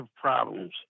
problems